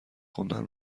خوندن